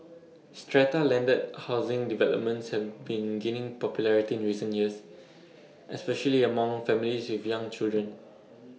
strata landed housing developments have been gaining popularity in recent years especially among families with young children